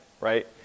right